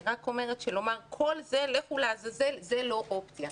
אני רק אומרת שלומר: "כל זה לכו לעזאזל" זה לא אופציה.